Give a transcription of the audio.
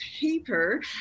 paper